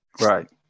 Right